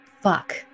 fuck